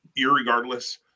irregardless